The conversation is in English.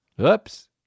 Oops